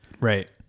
Right